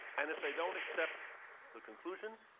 and if they don't accept the conclusion,